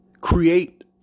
create